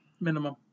Minimum